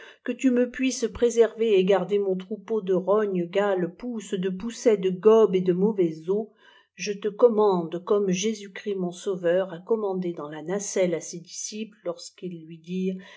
que tu me puisses préserver et garder mon troupeau de rogne gale pousse de pousset de gobes et de mauvaises eaux je te commande comme jésus chsist mon sauveur a commandé dans la nacelle à ses disciples lorsqu'ils lui dirent